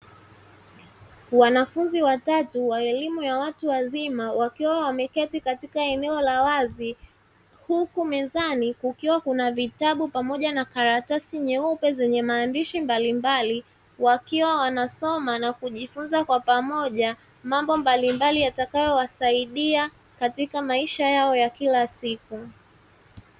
Wanafunzi watatu wa elimu ya watu wazima wakiwa wameketi katika eneo la wazi huku mezani kukiwa na vitabu pamoja na karatasi nyeupe zenye maandishi mbalimbali, wakiwa wanasoma na kujifunza mambo mbalimbali yatakayo wasaidia katika maisha yao ya kila siku.